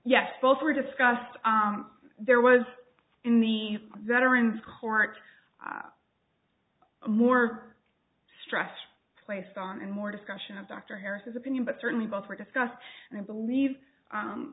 yes both were discussed there was in the veterans court more stress placed on and more discussion of dr harris's opinion but certainly both were discussed and i believe